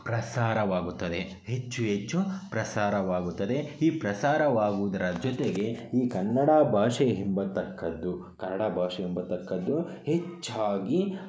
ಪ್ರಸಾರವಾಗುತ್ತದೆ ಹೆಚ್ಚು ಹೆಚ್ಚು ಪ್ರಸಾರವಾಗುತ್ತದೆ ಈ ಪ್ರಸಾರವಾಗುವುದರ ಜೊತೆಗೆ ಈ ಕನ್ನಡ ಭಾಷೆ ಎಂಬತಕ್ಕದ್ದು ಕನ್ನಡ ಭಾಷೆ ಎಂಬತಕ್ಕದ್ದು ಹೆಚ್ಚಾಗಿ